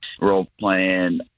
role-playing